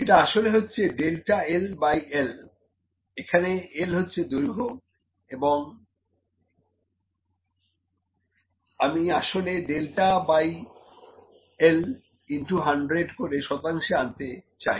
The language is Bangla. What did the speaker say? এটা আসলে হচ্ছে ডেল্টা L বাই L এখানে L হচ্ছে দৈর্ঘ্য এখানে আমি আসলে delta L by L into 100 করে শতাংশে আনতে চাই